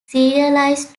serialized